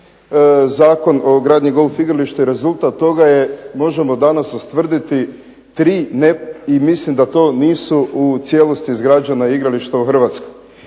Zakon o gradnji golf igrališta i rezultat toga je možemo danas ustvrditi 3 i mislim da to nisu u cijelosti izgrađena igrališta u Hrvatskoj.